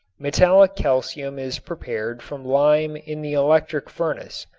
metallic calcium is prepared from lime in the electric furnace.